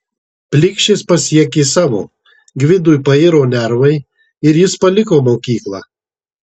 plikšis pasiekė savo gvidui pairo nervai ir jis paliko mokyklą